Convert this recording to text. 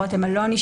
רותם אלוני,